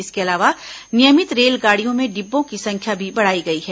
इसके अलावा नियमित रेलगाड़ियों में डिब्बों की संख्या भी बढ़ाई गई है